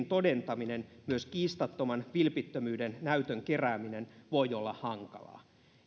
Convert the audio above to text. todentaminen myös kiistattoman vilpittömyyden näytön kerääminen voi olla hankalaa